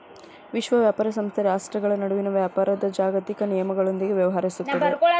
ವಿಶ್ವ ವ್ಯಾಪಾರ ಸಂಸ್ಥೆ ರಾಷ್ಟ್ರ್ಗಳ ನಡುವಿನ ವ್ಯಾಪಾರದ್ ಜಾಗತಿಕ ನಿಯಮಗಳೊಂದಿಗ ವ್ಯವಹರಿಸುತ್ತದ